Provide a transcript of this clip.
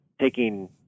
taking